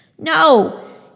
No